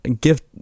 Gift